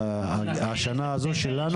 השנה הזו שלנו?